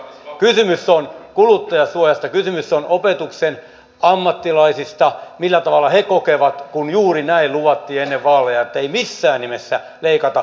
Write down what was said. kysymys on kuluttajansuojasta kysymys on opetuksen ammattilaisista millä tavalla he kokevat kun juuri näin luvattiin ennen vaaleja että ei missään nimessä leikata